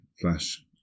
Flash